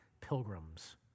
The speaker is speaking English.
pilgrims